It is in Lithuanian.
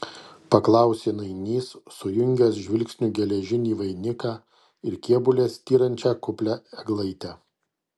paklausė nainys sujungęs žvilgsniu geležinį vainiką ir kėbule styrančią kuplią eglaitę